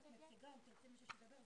המוזמנים.